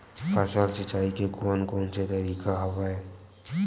फसल सिंचाई के कोन कोन से तरीका हवय?